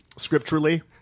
scripturally